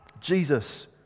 Jesus